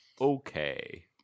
Okay